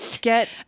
get